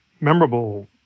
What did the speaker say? memorable